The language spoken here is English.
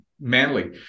Manly